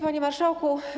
Panie Marszałku!